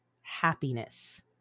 happiness